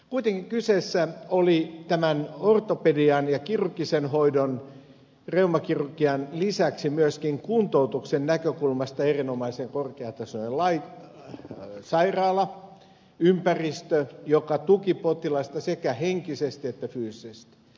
kuitenkin kyseessä oli tämän ortopedian ja kirurgisen hoidon reumakirurgian lisäksi myöskin kuntoutuksen näkökulmasta erinomaisen korkeatasoinen sairaala ympäristö joka tuki potilasta sekä henkisesti että fyysisesti